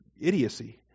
idiocy